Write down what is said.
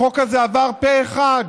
החוק הזה עבר פה אחד,